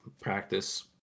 practice